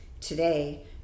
Today